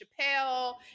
Chappelle